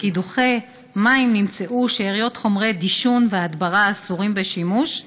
בקידוחי מים נמצאו שאריות חומרי דישון והדברה אסורים בשימוש,